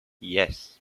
yes